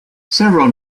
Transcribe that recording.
several